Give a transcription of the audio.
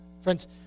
Friends